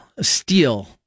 steel